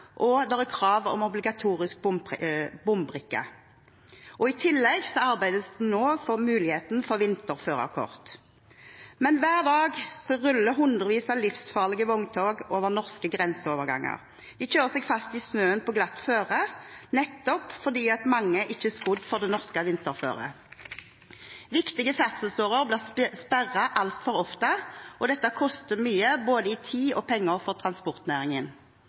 og det er krav om obligatorisk bombrikke. I tillegg arbeides det nå for muligheten for vinterførerkort. Men hver dag ruller hundrevis av livsfarlige vogntog over norske grenseoverganger. De kjører seg fast i snøen på glatt føre, nettopp fordi mange ikke er skodd for det norske vinterføret. Viktige ferdselsårer blir sperret altfor ofte, og dette koster mye både i tid og penger for transportnæringen.